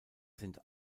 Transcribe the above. sind